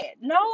No